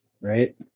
right